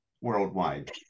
worldwide